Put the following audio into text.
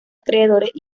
acreedores